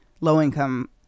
low-income